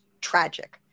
tragic